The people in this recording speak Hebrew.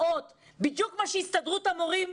קרה בדיוק מה שהתריעה בפניו הסתדרות המורים.